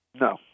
No